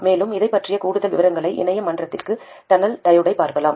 மேலும் இதைப் பற்றிய கூடுதல் விவரங்களை இணைய மன்றத்தின் டன்னல் டையோடைப் பார்க்கலாம்